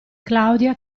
claudia